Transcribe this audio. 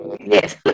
Yes